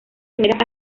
primeras